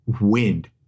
wind